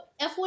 F1